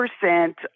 percent